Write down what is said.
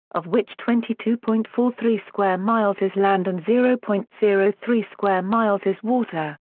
of which twenty two point four three square miles is land and zero point zero three square miles is water.